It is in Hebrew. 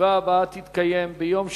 הישיבה הבאה תתקיים ביום שני,